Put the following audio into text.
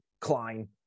Klein